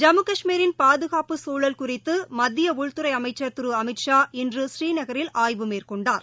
ஜம்மு கஷ்மீரின் பாதுகாப்பு சூழல் குறித்து மத்திய உள்துறை அமைச்சர் திரு அமித்ஷா இன்று புநீநகரில் ஆய்வு மேற்கொண்டார்